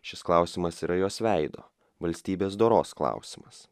šis klausimas yra jos veido valstybės doros klausimas